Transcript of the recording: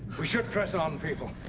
we should press on, people.